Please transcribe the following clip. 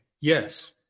yes